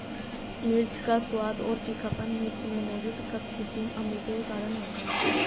मिर्च का स्वाद और तीखापन मिर्च में मौजूद कप्सिसिन अम्ल के कारण होता है